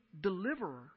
deliverer